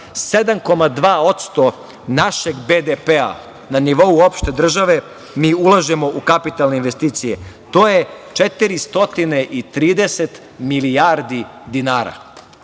posto našeg BDP, na nivou opšte države, mi ulažemo u kapitalne investicije. To je 430 milijardi dinara,